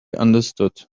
understood